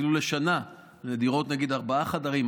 אפילו לשנה לדירות ארבעה חדרים,